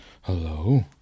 hello